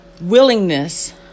Willingness